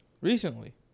Recently